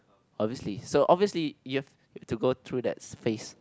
obviously so obviously you've to go through that phrase